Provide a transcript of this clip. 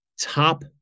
top